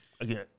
Again